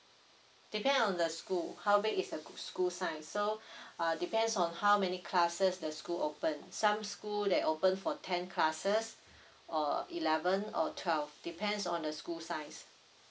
depend on the school how big is the school size so uh depends on how many classes the school opened some school they open for ten classes or eleven or twelve depends on the school size